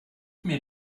mir